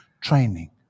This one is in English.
Training